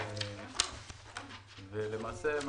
למעשה,